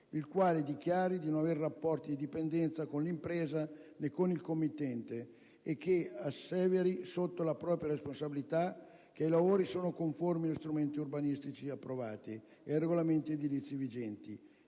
il quale dichiari di non avere rapporti di dipendenza con l'impresa e con il committente e asseveri sotto la propria responsabilità che i lavori sono conformi agli strumenti urbanistici approvati e ai regolamenti edilizi vigenti